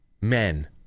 men